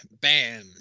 Bam